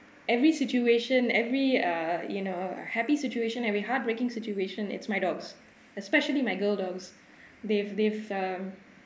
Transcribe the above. every situation every err you know happy situation every heartbreaking situation it's my dogs especially my girl dogs they've they've um